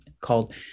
called